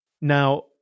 Now